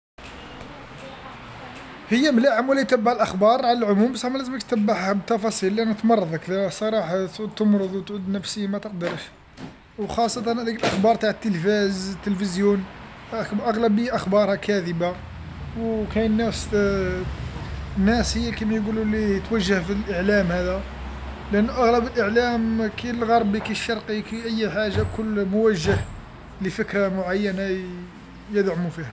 هي مليح لواحد يتبع الأخبار على العموم بصح ملازمكش تبعها بالتفاصيل لأنو تمرضك لأن صراحه تمرض وتعود نفسيا ما تقدرش وخاصة هذاك الأخبار تاع التلفاز التلفزيون الأغلبيه أخبارها كاذبه وكاين ناس ناسي كيما يقولو لي توجه في الإعلام هذا لأنه أغلب الإعلام كي الغربي كي الشرقي كي أي حاجه الكل موجه لفكره معينه يدعمو فيها.